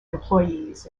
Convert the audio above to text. employees